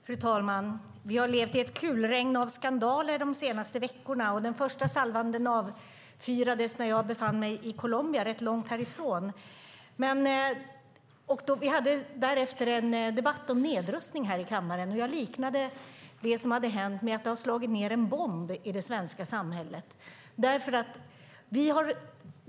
Fru talman! Vi har levt i ett kulregn av skandaler de senaste veckorna. Den första salvan avfyrades när jag befann mig i Colombia rätt långt härifrån. Vi hade därefter en debatt om nedrustning här i kammaren. Jag liknande det som har hänt med att det har slagit ned en bomb i det svenska samhället.